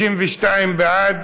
32 בעד,